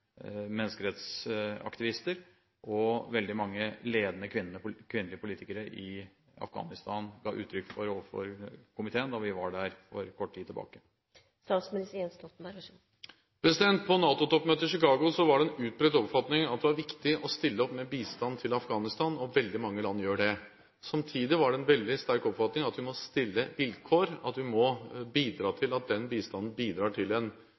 utvikling som veldig mange menneskerettighetsaktivister, og veldig mange ledende kvinnelige politikere i Afghanistan, ga uttrykk for overfor komiteen da vi var der for kort tid siden. På NATO-toppmøtet i Chicago var det en utbredt oppfatning at det var viktig å stille opp med bistand til Afghanistan, og veldig mange land gjør det. Samtidig var det en veldig sterk oppfatning at vi må stille vilkår, slik at bistanden bidrar til en